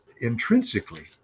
intrinsically